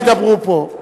גם כולם ידברו פה.